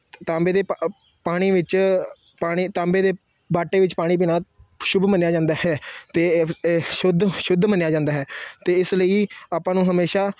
ਤਾਂਬੇ ਦੇ ਪ ਪਾਣੀ ਵਿੱਚ ਪਾਣੀ ਤਾਂਬੇ ਦੇ ਬਾਟੇ ਵਿੱਚ ਪਾਣੀ ਪੀਣਾ ਸ਼ੁੱਭ ਮੰਨਿਆ ਜਾਂਦਾ ਹੈ ਅਤੇ ਸ਼ੁੱਧ ਸ਼ੁੱਧ ਮੰਨਿਆ ਜਾਂਦਾ ਹੈ ਅਤੇ ਇਸ ਲਈ ਆਪਾਂ ਨੂੰ ਹਮੇਸ਼ਾ